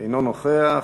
אינו נוכח,